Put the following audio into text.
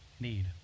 need